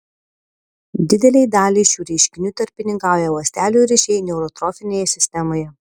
didelei daliai šių reiškinių tarpininkauja ląstelių ryšiai neurotrofinėje sistemoje